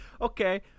Okay